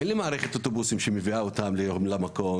אין הסעות שמביאות את תלמידים,